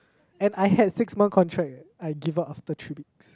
and I had six month contract eh I give up after three weeks